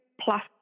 plus